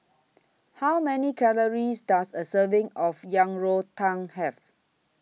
How Many Calories Does A Serving of Yang Rou Tang Have